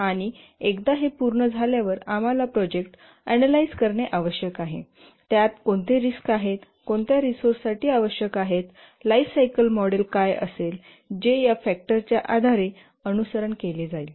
आणि एकदा हे पूर्ण झाल्यावर आम्हाला प्रोजेक्ट अनलाईज करणे आवश्यक आहे त्यात कोणते रिस्क आहेत कोणत्या रिसोर्ससाठी आवश्यक आहे लाईफ सायकल मॉडेल काय असेल जे या फॅक्टरच्या आधारे अनुसरण केले जाईल